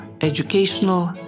educational